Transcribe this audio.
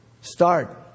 Start